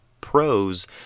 pros